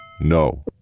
No